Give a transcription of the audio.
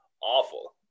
awful